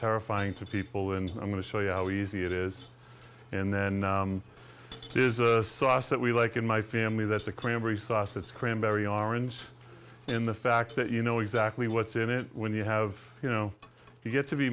terrifying to people and i'm going to show you how easy it is and then it is a sauce that we like in my family that's the cranberry sauce that's cream berry orange in the fact that you know exactly what's in it when you have you know you get to be